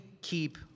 keep